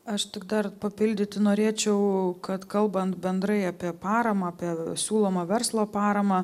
aš tik dar papildyti norėčiau kad kalbant bendrai apie paramą apie siūlomą verslo paramą